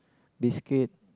biscuit